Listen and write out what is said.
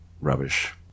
rubbish